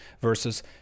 versus